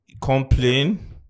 complain